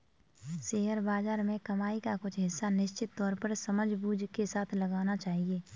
share बाज़ार में कमाई का कुछ हिस्सा निश्चित तौर पर समझबूझ के साथ लगाना चहिये